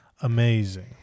amazing